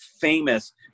famous